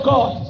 God